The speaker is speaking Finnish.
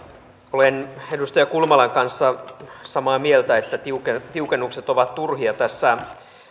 olen edustaja kulmalan kanssa samaa mieltä että tiukennukset tiukennukset ovat turhia tässä